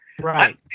Right